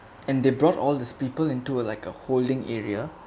and they brought all these people into like a holding area